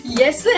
yes